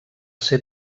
ser